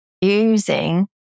using